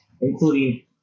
including